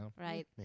right